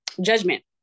judgment